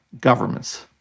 governments